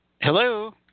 Hello